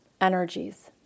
energies